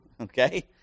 Okay